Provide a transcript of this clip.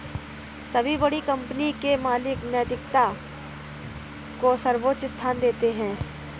सभी बड़ी कंपनी के मालिक नैतिकता को सर्वोच्च स्थान देते हैं